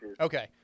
Okay